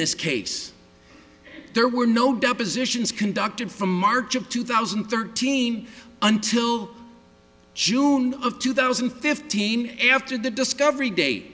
this case there were no depositions conducted from march of two thousand and thirteen until june of two thousand and fifteen after the discovery da